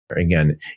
Again